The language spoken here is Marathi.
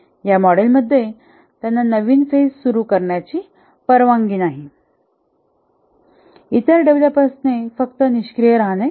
या मॉडेलमध्येत्यांना नवीन फेज सुरू करण्याची परवानगी नाही इतर डेव्हलपरने फक्त निष्क्रिय राहणे